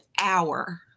hour